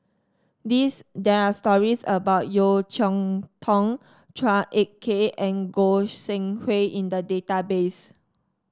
this there are stories about Yeo Cheow Tong Chua Ek Kay and Goi Seng Hui in the database